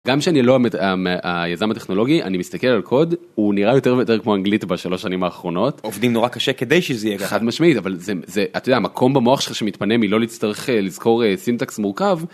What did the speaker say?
גם שאני לא היזם הטכנולוגי אני מסתכל על קוד הוא נראה יותר ויותר כמו אנגלית בשלוש שנים האחרונות עובדים נורא קשה כדי שזה יהיה חד משמעית אבל זה מקום במוח שלך שמתפנה מלא להצטרך לזכור סינטקס מורכב.